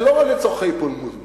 זה לא לצורכי פולמוס בלבד.